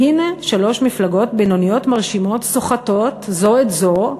והנה שלוש מפלגות בינוניות מרשימות סוחטות זו את זו,